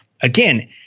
Again